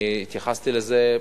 אני התייחסתי לזה.